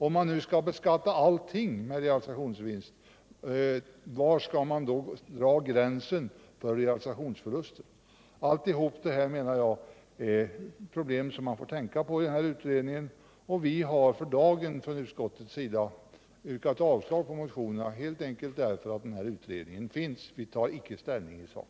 Om man nu skall beskatta allting när det gäller realisationsvinster, var skall man då dra gränsen för realisationsförluster? Realisationsvinst beskattningen Realisationsvinstbeskattningen 120 Alltihop det här är, menar jag, problem som den här utredningen får tänka på, och vi har för dagen från utskottets sida yrkat avslag på motionerna helt enkelt med tanke på denna utredning. Vi tar icke ställning i sak.